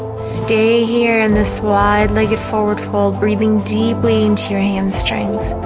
stay here and this wide legged forward fold breathing deeply into your hamstrings